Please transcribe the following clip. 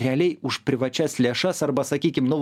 realiai už privačias lėšas arba sakykim nu